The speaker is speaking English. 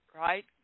right